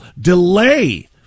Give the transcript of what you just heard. Delay